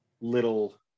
little